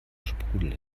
sprudel